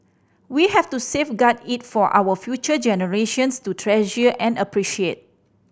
we have to safeguard it for our future generations to treasure and appreciate